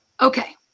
Okay